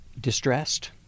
distressed